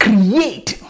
Create